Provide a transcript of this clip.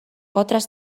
otras